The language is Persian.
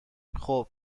خوب